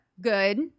Good